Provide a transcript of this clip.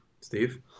steve